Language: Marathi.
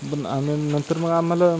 पण आणि नंतर मग आम्हाला